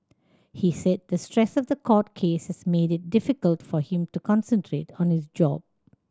he said the stress of the court case has made it difficult for him to concentrate on his job